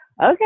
Okay